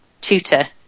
tutor